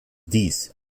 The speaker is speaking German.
dies